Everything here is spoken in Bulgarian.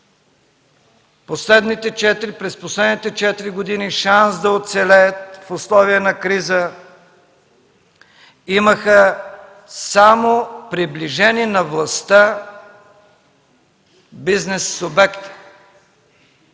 През последните четири години шанс да оцелеят в условия на криза имаха само приближени на властта бизнес субекти.